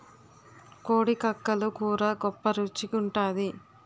కోడి కక్కలు కూర గొప్ప రుచి గుంటాది